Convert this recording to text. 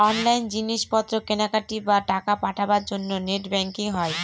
online জিনিস পত্র কেনাকাটি, বা টাকা পাঠাবার জন্য নেট ব্যাঙ্কিং হয়